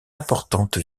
importante